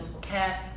cat